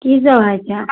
की सभ हइ छै